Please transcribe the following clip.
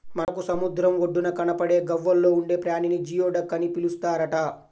మనకు సముద్రం ఒడ్డున కనబడే గవ్వల్లో ఉండే ప్రాణిని జియోడక్ అని పిలుస్తారట